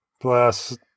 plus